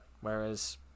Whereas